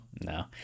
no